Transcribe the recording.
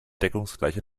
deckungsgleiche